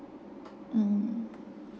mm